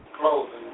closing